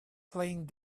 playing